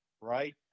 right